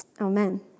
Amen